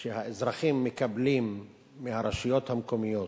שהאזרחים מקבלים מהרשויות המקומיות